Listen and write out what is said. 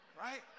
Right